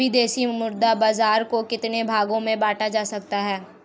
विदेशी मुद्रा बाजार को कितने भागों में बांटा जा सकता है?